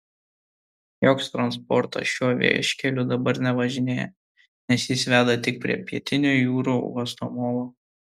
joks transportas šiuo vieškeliu dabar nevažinėja nes jis veda tik prie pietinio jūrų uosto molo